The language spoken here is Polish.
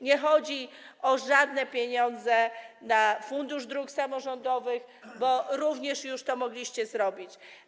Nie chodzi o żadne pieniądze na Fundusz Dróg Samorządowych, bo również to mogliście już zrobić.